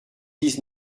dix